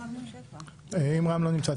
אם רם שפע לא נמצא,